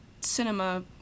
cinema